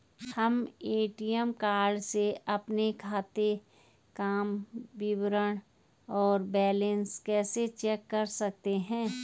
हम ATM card से अपने खाते काम विवरण और बैलेंस कैसे चेक कर सकते हैं?